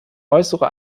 äußere